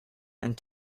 and